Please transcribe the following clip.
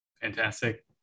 Fantastic